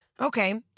Okay